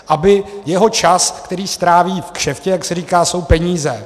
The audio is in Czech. Aby jeho čas, který stráví v kšeftě, jak se říká, jsou peníze.